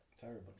Terrible